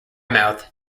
mouth